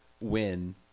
win